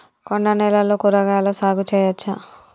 కొండ నేలల్లో కూరగాయల సాగు చేయచ్చా?